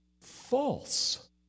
false